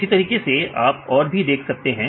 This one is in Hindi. इसी तरीके से आप और भी देख सकते हैं